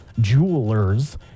jewelers